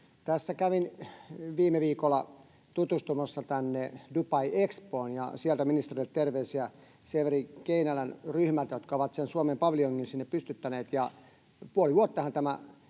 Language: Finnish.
Tässä kävin viime viikolla tutustumassa Dubai Expoon, ja sieltä ministerille terveisiä Severi Keinälän ryhmältä, joka on Suomen paviljongin sinne pystyttänyt. Puoli vuottahan tämä